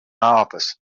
office